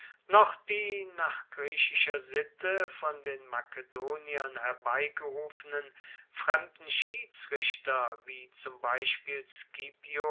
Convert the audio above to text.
noch die nach griechischer sitte von den makedoniern herbeigerufenen fremden schiedsrichter wie zum beispiel